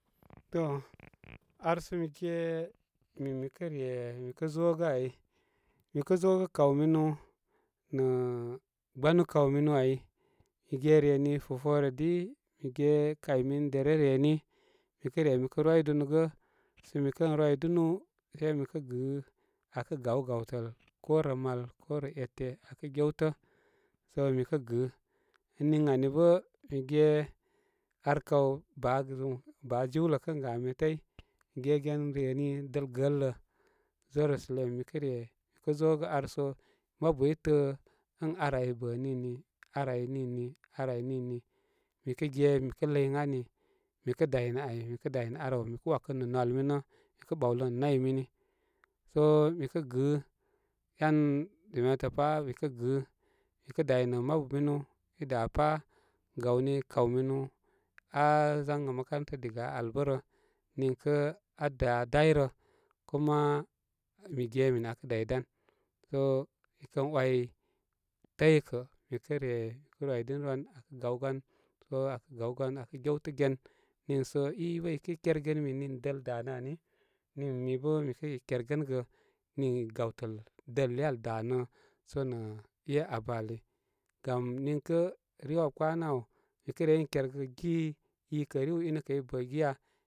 To ar sə mi ge min mi kə' re mi kə' zo gə ai mi zo gə kaw minu nə' gbanu kawminu ai mi ge re fufore dio mige kay mini dere reni mi kə re mi kə' rwidunugə sə mi kən rwidunu se mikə gɨ aa kə gaw gawtəl ko rə mal, ko rə ete sə mi kə gɨ ən nin ani bə' mi ge ar kaw baa zum, baajiwlə kən gami təy, mi ge gen reni dəl gəələ jerusalem, mi kə re mi kə zo arso mabu i təə ən ar ai bə' nini, ar ai nini, ar ai nini mikə ge mi kə' ləy ən ani mikə day nə ai, mi kə day nə araw mi kə 'wakə nə nwal minə, mi kə ɓawlə nə nay mini sə mikə gɨ, en jimeta pā mi kə gɨ mabu minu i da pā, gawni kaw minu aa zan gə makaranta diga a albərə, niŋkə a daa dayrə kuma, mi ge min akə' daydan sə mi kən wai tə y kə mi re mikə rwidini rwan mi kə' gaw gan ə akə gaw gan akə' gewtə' gen sə i bə' i kə' kergimi mi nii dəl danə ani, nii mi bə mikə' rey kergənəgə nii gawtəl dəl iyə al danə so nə' e abə' ali gam niŋkə' riw a kpanə' aw, mi kə gi i kə riw i nə kə i bə giya.